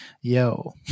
yo